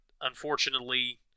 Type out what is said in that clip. unfortunately